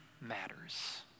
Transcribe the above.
matters